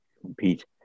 compete